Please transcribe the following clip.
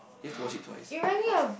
you have to watch it twice